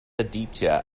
aditya